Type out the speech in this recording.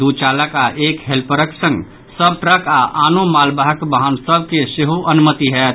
दू चालक आओर एक हेल्परक संग सभ ट्रक आओर आनो मालवाहक वाहन सभ के सेहो अनुमति होयत